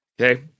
Okay